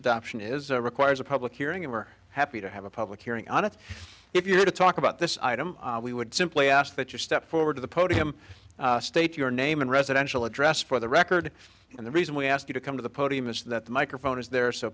adoption is a requires a public hearing and we're happy to have a public hearing on it if you want to talk about this item we would simply ask that you step forward to the podium state your name and residential address for the record and the reason we ask you to come to the podium is that the microphone is there